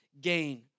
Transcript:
gain